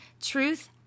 truth